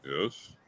Yes